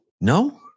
no